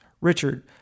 Richard